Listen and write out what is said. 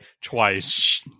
twice